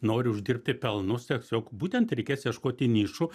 nori uždirbti pelnus tiesiog būtent reikės ieškoti nišų